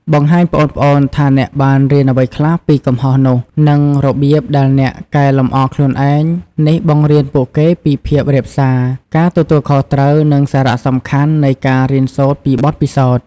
បង្ហាញប្អូនៗថាអ្នកបាន រៀនអ្វីខ្លះពីកំហុស នោះ និងរបៀបដែលអ្នកកែលម្អខ្លួនឯងនេះបង្រៀនពួកគេពីភាពរាបសារ ការទទួលខុសត្រូវ និងសារៈសំខាន់នៃការរៀនសូត្រពីបទពិសោធន៍ ។